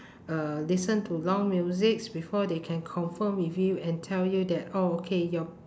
uh listen to long musics before they can confirm with you and tell you that oh okay your